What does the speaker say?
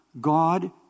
God